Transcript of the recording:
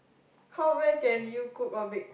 how well can you cook or bake